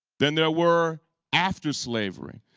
then there were after slavery.